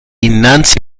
innanzi